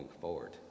forward